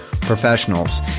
professionals